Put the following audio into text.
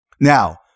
Now